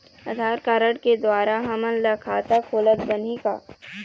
आधार card के द्वारा हमन ला खाता खोलत बनही का?